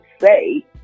say